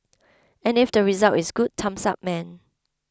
and if the result is good thumbs up man